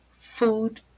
food